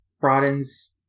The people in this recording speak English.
broadens